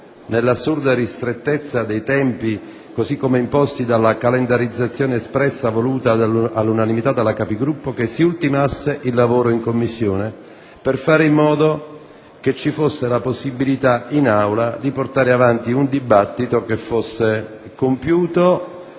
nell'assurda ristrettezza dei tempi così come imposti dalla calendarizzazione voluta all'unanimità dalla Conferenza dei Capigruppo, che si ultimasse il lavoro in Commissione per fare in modo che vi fosse la possibilità in Aula di portare avanti un dibattito che fosse compiuto,